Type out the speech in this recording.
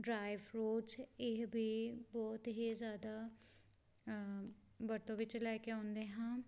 dry fruits ਇਹ ਵੀ ਬਹੁਤ ਹੀ ਜ਼ਿਆਦਾ ਵਰਤੋਂ ਵਿੱਚ ਲੈ ਕੇ ਆਉਂਦੇ ਹਾਂ